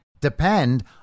depend